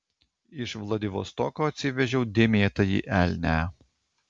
iš vladivostoko atsivežiau dėmėtąjį elnią